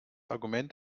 argument